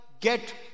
get